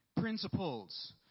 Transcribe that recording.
principles